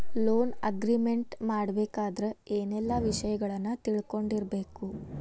Loan agreement ಮಾಡ್ಬೆಕಾದ್ರ ಏನೆಲ್ಲಾ ವಿಷಯಗಳನ್ನ ತಿಳ್ಕೊಂಡಿರ್ಬೆಕು?